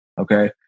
okay